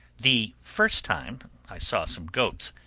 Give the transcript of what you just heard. the first time, i saw some goats,